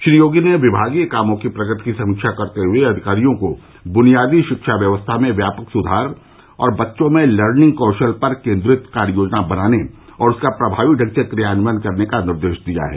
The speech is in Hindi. श्री योगी ने विभागीय कामों की प्रगति की समीक्षा करते हुए अधिकारियों को बुनियादी शिक्षा व्यवस्था में व्यापक सुधार और बच्चों में लर्निंग कौशल पर केन्द्रित कार्य योजना बनाने और उसका प्रभावी ढंग से क्रियान्वयन करने का निर्देश दिया है